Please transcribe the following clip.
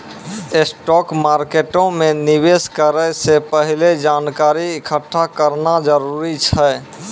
stock मार्केटो मे निवेश करै से पहिले जानकारी एकठ्ठा करना जरूरी छै